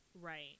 right